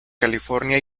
california